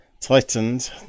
tightened